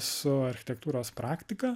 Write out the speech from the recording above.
su architektūros praktika